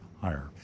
higher